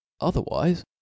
Otherwise